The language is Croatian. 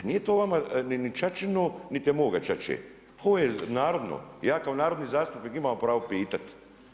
Nije to vama ni ćaćino niti je moga ćaće, ovo je narodno i ja kao narodni zastupnik imam pravo pitati.